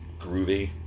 groovy